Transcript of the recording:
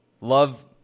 love